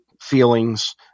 feelings